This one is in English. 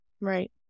Right